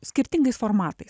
skirtingais formatais